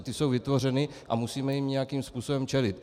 Ty jsou vytvořeny a musíme jim nějakým způsobem čelit.